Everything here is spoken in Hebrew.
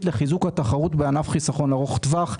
לחיזוק התחרות בענף חיסכון ארוך טווח,